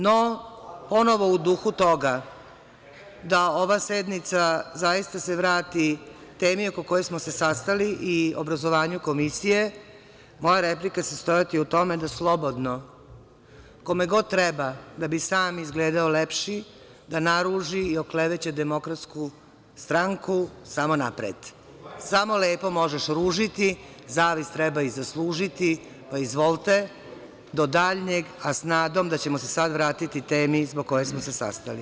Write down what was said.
No, ponovo u duhu toga da se ova sednica zaista vrati temi oko koje smo se sastali i obrazovanju komisije, moja replika će se sastoji u tome da slobodno, kome god treba da bi sam izgledao lepši, naruži i okleveće Demokratsku stanku, samo napred, samo lepo možeš ružiti, zavist treba i zaslužiti, izvolte do daljnjeg, a sa nadom da ćemo se sada vratiti temi zbog koje smo se sastali.